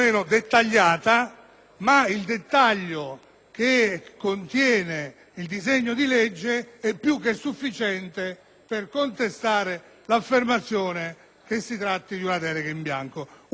ma il dettaglio che contiene il disegno di legge è più che sufficiente per contestare l'affermazione secondo la quale si tratta di una delega in bianco.